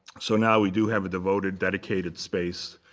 so now we do have a devoted dedicated space